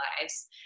lives